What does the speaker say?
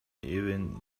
even